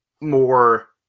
more